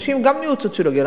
נשים הן גם מיעוט סוציולוגי.